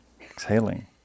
exhaling